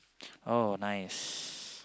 oh nice